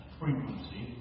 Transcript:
frequency